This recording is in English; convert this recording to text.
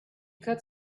could